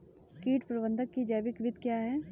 कीट प्रबंधक की जैविक विधि क्या है?